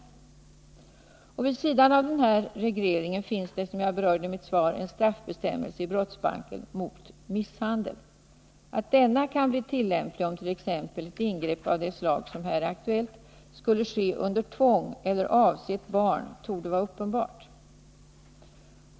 Vid sidan av denna reglering finns det, som jag berörde i mitt svar, en straffbestämmelse i brottsbalken mot misshandel. Att denna kan bli tillämplig, om t.ex. ett ingrepp av det slag som här är aktuellt skulle ske under tvång eller avse ett barn, torde vara uppenbart.